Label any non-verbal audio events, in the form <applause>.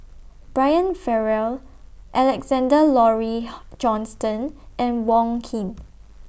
Brian Farrell Alexander Laurie <noise> Johnston and Wong Keen